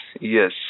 yes